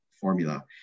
formula